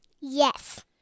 Yes